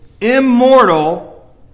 immortal